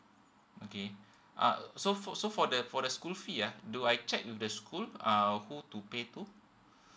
okay uh so for so for the for the school fee ah do I check with the school uh who to pay too